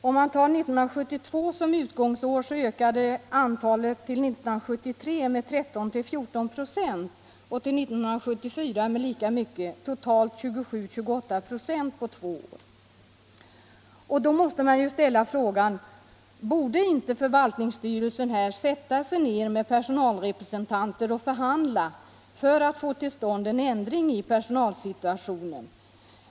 Om man tar 1972 som utgångsår, finner man en ökning till 1973 med 13-14 96 och till 1974 med lika mycket, totalt 27 å 28 96 på två år. Då måste man ju ställa frågan: Borde inte förvaltningsstyrelsen här sätta sig ner med personalrepresentanter och förhandla för att få till stånd en ändring i personalsituationen?